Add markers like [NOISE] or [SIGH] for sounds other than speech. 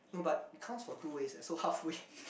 no but it counts for two ways eh so halfway [LAUGHS]